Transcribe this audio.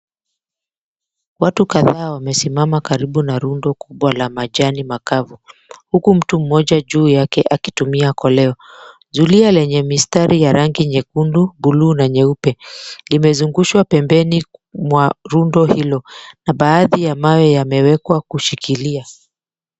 Watu kadhaa wamesimama karibu na rundo 𝑘𝑢𝑏𝑤𝑎 la majani makavu ,huku mtu mmoja ju yake akitumia koleo .Zulia lenye mistari ya rangi nyekundu, bluu na nyeupe limezungushwa pembeni mwa rundo hilo na baadhi ya mawe yamewekwa kushikilia.